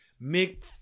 make